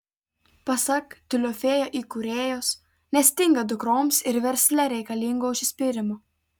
pasak tiulio fėja įkūrėjos nestinga dukroms ir versle reikalingo užsispyrimo